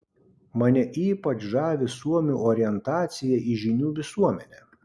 mane ypač žavi suomių orientacija į žinių visuomenę